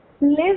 live